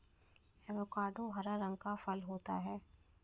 avocado हरा रंग का फल होता है